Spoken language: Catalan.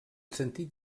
sentit